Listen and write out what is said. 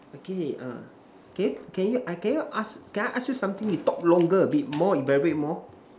okay uh can you can you I can you ask can I ask you something you talk longer a bit more elaborate more